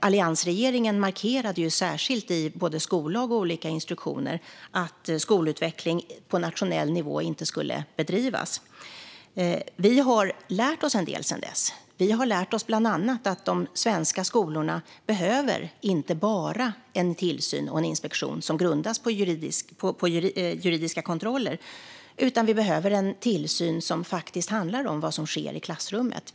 Alliansregeringen markerade särskilt både i skollag och olika instruktioner att skolutveckling på nationell nivå inte skulle bedrivas. Vi har lärt oss en del sedan dess. Vi har bland annat lärt oss att de svenska skolorna inte bara behöver en tillsyn och en inspektion som grundas på juridiska kontroller, utan de behöver en tillsyn som faktiskt handlar om vad som sker i klassrummet.